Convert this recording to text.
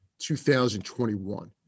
2021